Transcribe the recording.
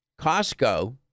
Costco